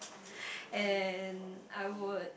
and I would